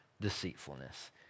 deceitfulness